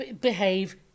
behave